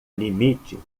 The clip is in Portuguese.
limite